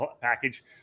package